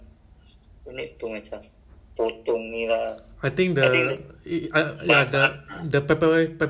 nevermind you you work harder you get a new place or house hire a maid